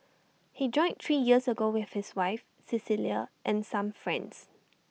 he joined three years ago with his wife Cecilia and some friends